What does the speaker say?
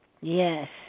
Yes